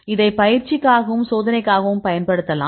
இதை பயிற்சிக்காகவும் சோதனைக்காகவும் பயன்படுத்தலாம்